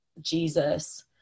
Jesus